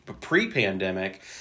pre-pandemic